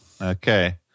okay